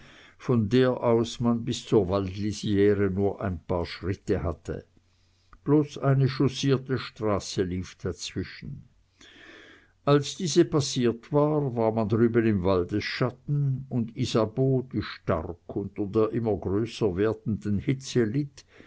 von der aus man bis zur waldlisire nur ein paar schritte hatte bloß eine chaussierte straße lief dazwischen als diese passiert war war man drüben im waldesschatten und isabeau die stark unter der immer größer werdenden hitze litt